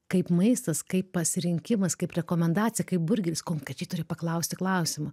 kaip maistas kaip pasirinkimas kaip rekomendacija kaip burgeris konkrečiai turi paklausti klausimo